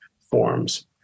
forms